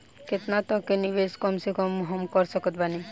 केतना तक के निवेश कम से कम मे हम कर सकत बानी?